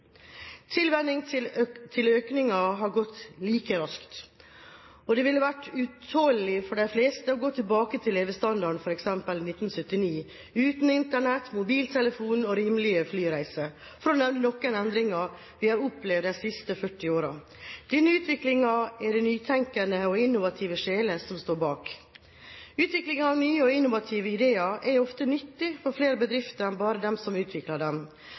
generasjon siden. Tilvenningen til økningen har gått like raskt. Det ville vært utålelig for de fleste å gå tilbake til levestandarden i f.eks. 1979 – uten Internett, mobiltelefon og rimelige flyreiser, for å nevne noen endringer vi har opplevd de siste 40 årene. Denne utviklingen er det nytenkende og innovative sjeler som står bak. Utviklingen av nye og innovative ideer er ofte nyttig for flere bedrifter enn bare den som utvikler dem.